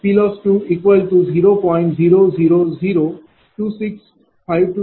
u